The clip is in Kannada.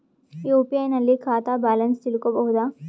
ಯು.ಪಿ.ಐ ನಲ್ಲಿ ಖಾತಾ ಬ್ಯಾಲೆನ್ಸ್ ತಿಳಕೊ ಬಹುದಾ?